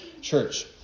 church